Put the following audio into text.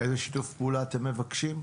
איזה שיתוף פעולה אתם מבקשים?